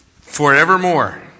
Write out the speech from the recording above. forevermore